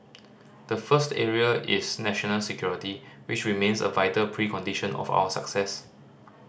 the first area is national security which remains a vital precondition of our success